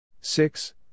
Six